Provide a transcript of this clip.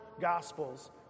Gospels